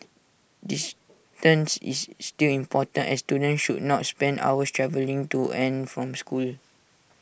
distance is still important as students should not spend hours travelling to and from school